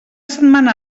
setmana